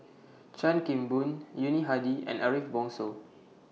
Chan Kim Boon Yuni Hadi and Ariff Bongso